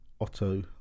Otto